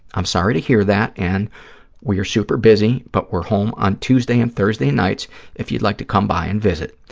i'm sorry to hear that, and we are super busy but we're home on tuesday and thursday nights if you'd like to come by and visit.